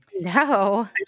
no